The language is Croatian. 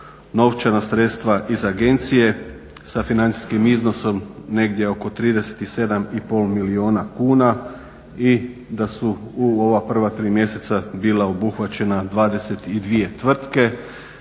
novčana sredstva iz agencije sa financijskim iznosom negdje oko 37,5 milijuna kuna i da su u ova prva tri mjeseca bila obuhvaćene 22 tvrtke.